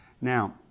Now